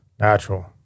Natural